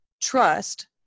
trust